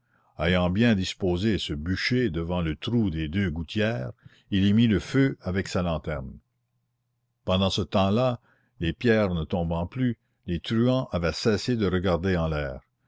ayant bien disposé ce bûcher devant le trou des deux gouttières il y mit le feu avec sa lanterne pendant ce temps-là les pierres ne tombant plus les truands avaient cessé de regarder en l'air